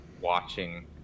watching